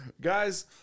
Guys